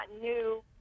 new